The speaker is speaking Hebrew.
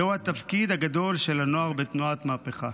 זהו התפקיד הגדול של הנוער בתנועת מהפכה